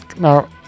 Now